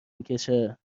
میکشه